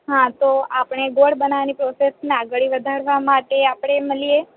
હાં તો આપણે ગોળ બનાવવાની પ્રોસેસને આગળ વધારવા માટે આપણે મળીએ